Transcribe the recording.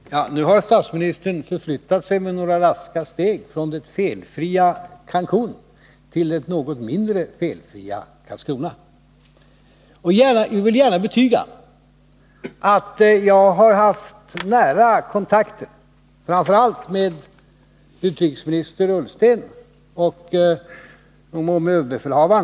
Herr talman! Nu har statsministern med några raska steg förflyttat sig från det felfria Cancun till det något mindre felfria Karlskrona. Jag vill gärna betyga att jag har haft nära kontakter med framför allt utrikesminister Ola Ullsten och överbefälhavaren.